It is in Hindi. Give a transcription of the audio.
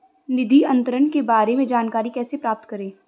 निधि अंतरण के बारे में जानकारी कैसे प्राप्त करें?